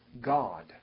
God